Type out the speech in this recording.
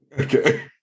Okay